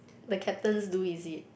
the captains do is it